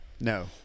No